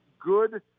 good